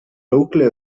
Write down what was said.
locally